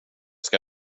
ska